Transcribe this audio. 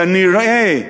כנראה,